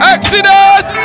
Exodus